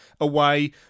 away